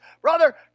Brother